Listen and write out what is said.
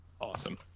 Awesome